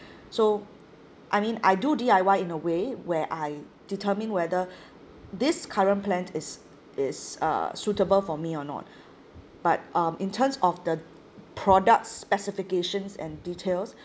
so I mean I do D_I_Y in a way where I determine whether this current plan is is uh suitable for me or not but um in terms of the product specifications and details